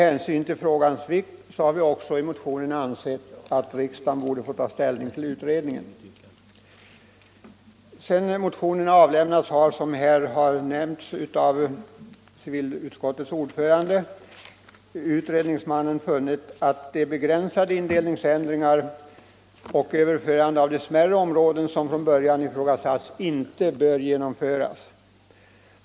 I anledning av frågans vikt har vi i motionen också anfört att riksdagen borde få ta ställning till utredningen. Sedan motionerna avlämnats har, såsom här har nämnts av civilutskottets ärade ordförande, utredningsmannen funnit att de begränsade indelningsändringar och överförandet av smärre områden som från början ifrågasatts inte bör genomföras.